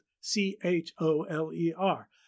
C-H-O-L-E-R